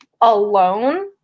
alone